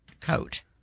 coat